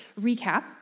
recap